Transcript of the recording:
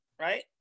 right